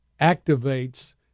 activates